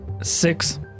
six